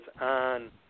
on